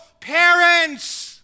parents